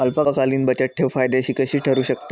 अल्पकालीन बचतठेव फायद्याची कशी ठरु शकते?